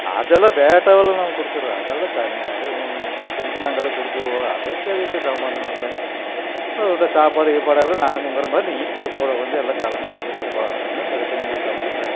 அதெல்லாம் பேட்டாவெலாம் நாங்கள் கொடுத்துருவன் அதெல்லாம் தனியாக அது ஒன் பிரச்சனைக்கு நாங்கலாம் கொடுத்துருவோம் அதுக்கும் இதுக்கும் சம்மந்தம் இல்லை அதோடய சாப்பாடு கீப்பாடு எல்லாம் நாங்கள் கூட வந்து எல்லாம் கலந்து உண்ணுக்கப்பா ஒன்றும் பிரச்சனை இல்லை தப்பு இல்லை